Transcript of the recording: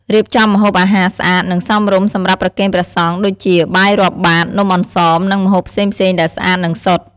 រៀបចំម្ហូបអាហារស្អាត និងសមរម្យសម្រាប់ប្រគេនព្រះសង្ឃ ដូចជា បាយរាប់បាត នំអន្សម និងម្ហូបផ្សេងៗដែលស្អាត និងសុទ្ធ។